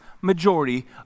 majority